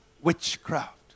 witchcraft